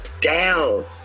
down